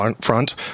front